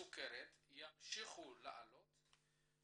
בסוכרת ימשיכו לעלות,